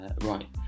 Right